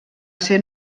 ser